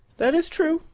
that is true.